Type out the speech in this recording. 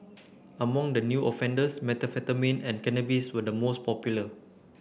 among the new offenders methamphetamine and cannabis were the most popular